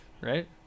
right